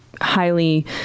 highly